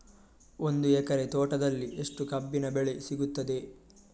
ಒಂದು ಎಕರೆ ತೋಟದಲ್ಲಿ ಎಷ್ಟು ಕಬ್ಬಿನ ಬೆಳೆ ಸಿಗುತ್ತದೆ?